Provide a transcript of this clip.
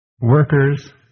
workers